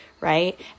right